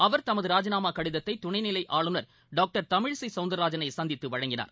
அவர் தமது ராஜிநாமா கடிதத்தை துணைநிலை ஆளுநர் டாக்டர் தமிழிசை சௌந்தராஜனை சந்தித்து வழங்கினார்